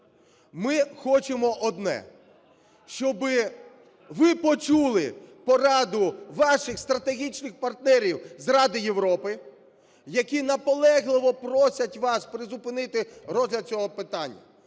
Ми хочемо одне – щоби ви почули пораду ваших стратегічних партнерів з Ради Європи, які наполегливо просять вас призупинити розгляд цього питання.